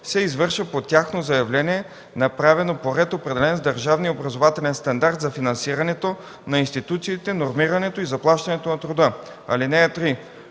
се извършва по тяхно заявление, направено по ред, определен с държавния образователен стандарт за финансирането на институциите, нормирането и заплащането на труда. (3)